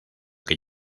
que